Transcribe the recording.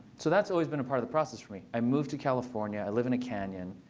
so that's always been a part of the process for me. i moved to california. i live in a canyon.